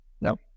no